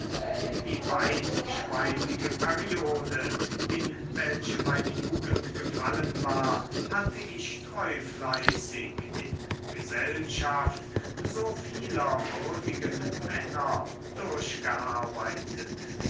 die weitschweifige periode in welche meine jugend gefallen war hatte ich treufleißig in gesellschaft so vieler würdigen männer durchgearbeitet